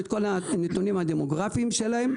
כל הנתונים הדמוגרפיים שלהם,